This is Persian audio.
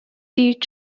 دید